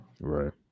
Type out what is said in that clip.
Right